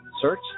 Search